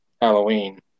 halloween